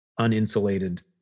uninsulated